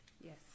Yes